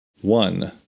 one